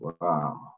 Wow